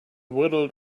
waddled